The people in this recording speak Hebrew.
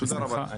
תודה רבה.